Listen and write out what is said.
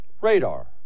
radar